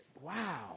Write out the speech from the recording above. wow